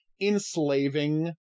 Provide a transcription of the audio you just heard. enslaving